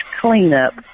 cleanup